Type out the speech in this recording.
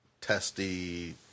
testy